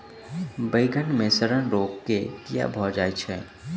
बइगन मे सड़न रोग केँ कीए भऽ जाय छै?